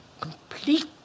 complete